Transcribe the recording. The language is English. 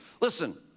listen